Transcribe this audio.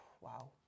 wow